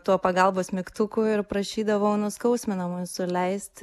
tuo pagalbos mygtuku ir prašydavau nuskausminamųjų suleisti